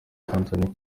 tanzania